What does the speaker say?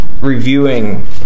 reviewing